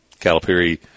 calipari